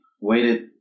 waited